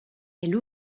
elle